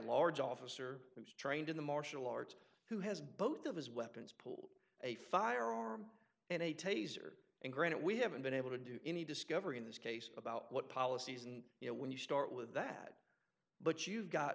large officer who's trained in the martial arts who has both of his weapons pulled a firearm and a taser and granted we haven't been able to do any discovery in this case about what policies and you know when you start with that but you've got